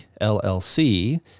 LLC